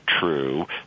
true